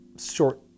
short